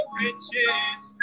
riches